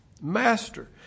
Master